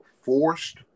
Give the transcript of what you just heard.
forced